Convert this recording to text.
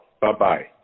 Bye-bye